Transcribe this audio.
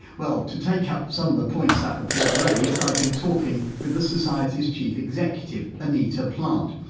well to take up some of the points that report raised i've been talking with the society's chief executive, anita plant.